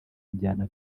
njyana